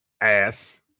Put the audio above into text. Ass